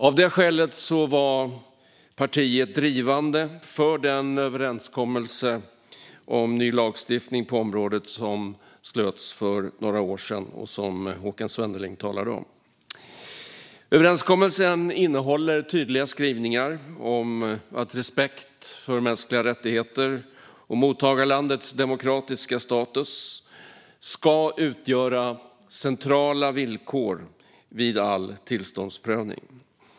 Av det skälet var partiet drivande för den överenskommelse om ny lagstiftning på området som slöts för några år sedan och som Håkan Svenneling talade om. Överenskommelsen innehåller tydliga skrivningar om att respekt för mänskliga rättigheter och mottagarlandets demokratiska status ska utgöra centrala villkor vid all tillståndsprövning.